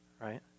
right